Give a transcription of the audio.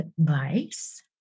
advice